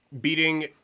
beating